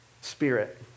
spirit